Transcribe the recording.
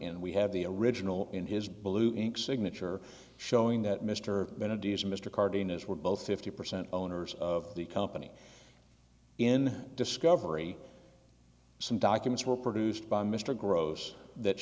and we have the original in his blue ink signature showing that mr bennett is mr cardenas were both fifty percent owners of the company in discovery some documents were produced by mr gross that